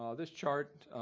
ah this chart,